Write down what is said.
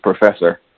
Professor